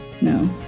no